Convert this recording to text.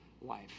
life